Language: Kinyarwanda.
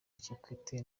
kikwete